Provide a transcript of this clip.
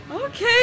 Okay